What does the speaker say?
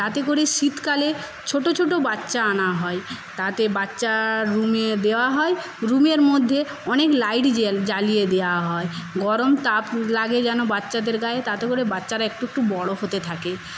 তাতে করে শীতকালে ছোটো ছোটো বাচ্চা আনা হয় তাতে বাচ্চার রুমে দেওয়া হয় রুমের মধ্যে অনেক লাইট জ্বালিয়ে দেওয়া হয় গরম তাপ যেন লাগে বাচ্চাদের গায়ে তাতে করে বাচ্চারা একটু একটু বড়ো হতে থাকে